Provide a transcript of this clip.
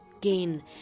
gain